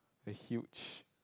is huge